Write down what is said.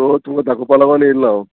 so तुमकां दाखोवपा लागोन येल्लो हांव